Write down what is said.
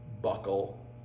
buckle